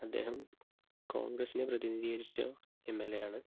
അദ്ദേഹം കോൺഗ്രസിനെ പ്രതിനിധീകരിച്ച എം എൽ എയാണ്